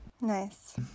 Nice